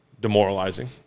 demoralizing